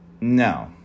No